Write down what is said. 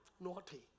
Naughty